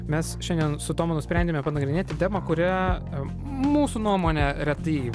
mes šiandien su tomu nusprendėme panagrinėti temą kurią mūsų nuomone retai